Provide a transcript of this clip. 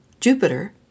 Jupiter